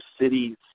cities